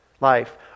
Life